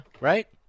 Right